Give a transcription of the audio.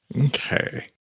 Okay